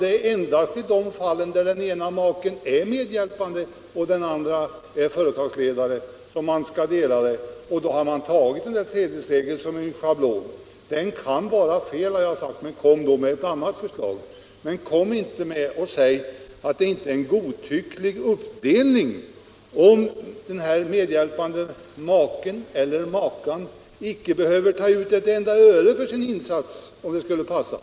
Det är endast i de fall där den ena maken är medhjälpande och den andra företagsledare som man satt upp tredjedelsregeln som en schablon. Jag har sagt att denna kan vara felaktig, men om ni anser att den bör ändras, kom då med ett annat förslag! Men förneka inte att det är en godtycklig uppdelning om den med hjälpande maken eller makan icke behöver ta ut ett enda öre för sin insats, om det skulle passa!